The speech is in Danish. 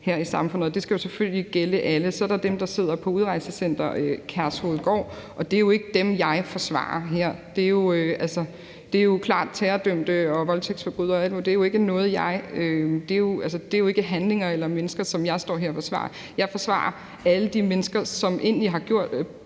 her i samfundet. Det skal selvfølgelig gælde alle. Så er der dem, så er der dem, der sidder på Udrejsecenter Kærshovedgård, og det er jo ikke dem, jeg forsvarer her. Det jo klart, at terrordømte og voldtægtsforbrydere og alt muligt ikke er mennesker, som jeg står her og forsvarer. Jeg forsvarer alle de mennesker, som egentlig bare har gjort